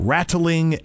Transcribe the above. Rattling